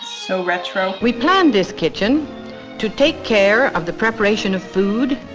so retro. we planned this kitchen to take care of the preparation of food,